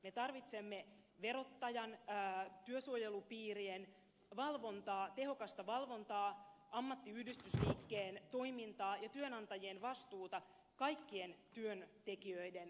me tarvitsemme verottajan työsuojelupiirien tehokasta valvontaa ammattiyhdistysliikkeen toimintaa ja työnantajien vastuuta kaikkien työntekijöiden kohdalla